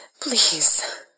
Please